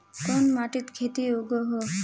कोन माटित खेती उगोहो?